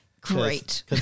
great